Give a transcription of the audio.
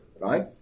right